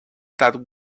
that